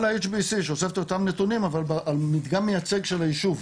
ל-HSBC שאוספת את אותם נתונים אבל על מדגם מייצג של היישוב,